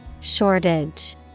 Shortage